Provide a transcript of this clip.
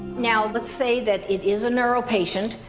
now let's say that it is a neuro patient.